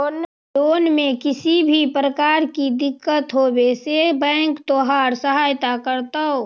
loan में किसी भी प्रकार की दिक्कत होवे से बैंक तोहार सहायता करतो